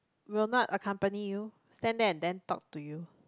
will not accompany you stand there and then talk to you